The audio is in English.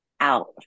Out